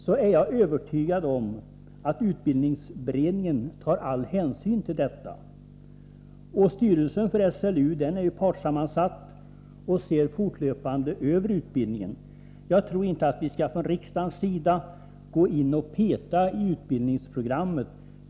Jag är övertygad om att utbildningsberedningen i sådana fall kommer att beakta dessa synpunkter. Styrelsen för SLU är ju partssammansatt, och den gör fortlöpande en översyn av utbildningen. Jag tror inte att vi från riksdagens sida skall gå in och peta i utbildningsprogrammet.